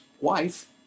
wife